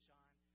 John